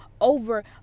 over